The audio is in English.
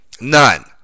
none